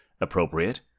appropriate